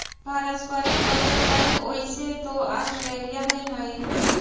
पारस्परिक बचत बैंक ओइसे तो ऑस्ट्रेलिया में हइ